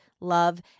Love